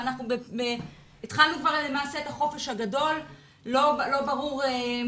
אנחנו התחלנו למעשה את החופש הגדול ולא ברור אם